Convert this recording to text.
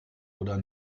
oder